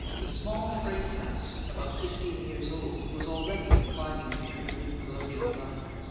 the small frame house, about fifteen years old, was already inclining to become a new colonial relic.